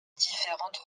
différentes